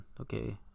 okay